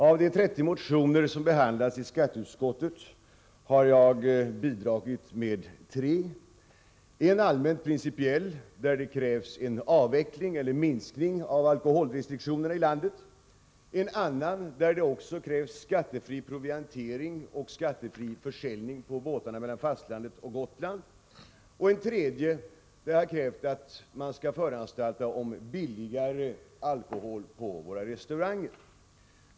Av de 30 motioner som behandlas i skatteutskottets betänkande nr 1 har jag bidragit med tre: en allmänt principiell, vari krävs en avveckling eller minskning av alkoholrestriktionerna i landet, en annan, vari krävs skattefri proviantering och försäljning på båtar i trafik mellan svenska fastlandet och Gotland, samt en tredje, vari krävs att man skall föranstalta om billigare alkohol på våra restauranger.